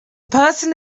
person